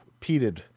peated